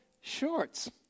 shorts